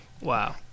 Wow